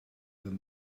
than